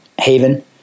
haven